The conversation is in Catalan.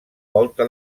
volta